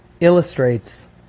illustrates